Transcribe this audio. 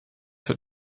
wird